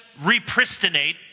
repristinate